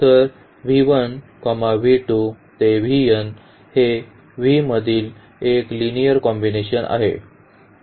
हे V मधील एक लिनिअर कॉम्बिनेशन आहे